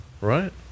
right